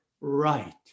right